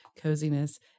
coziness